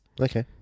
Okay